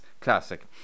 classic